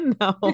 No